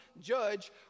judge